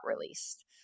released